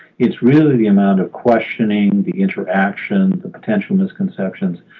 it's really the amount of questioning, the interaction, the potential misconceptions?